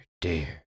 dear